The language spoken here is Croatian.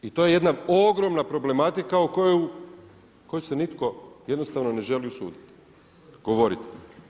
I to je jedna ogromna problematika u koju se nitko jednostavno ne želi usuditi, govoriti.